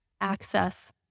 access